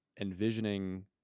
envisioning